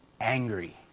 angry